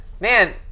man